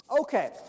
Okay